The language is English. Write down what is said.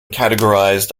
categorized